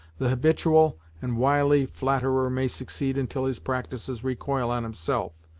the habitual and wily flatterer may succeed until his practices recoil on himself,